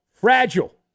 fragile